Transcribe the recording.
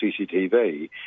CCTV